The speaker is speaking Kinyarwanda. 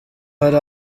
hari